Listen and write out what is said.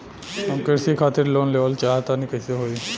हम कृषि खातिर लोन लेवल चाहऽ तनि कइसे होई?